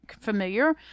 familiar